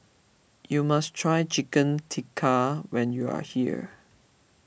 you must try Chicken Tikka when you are here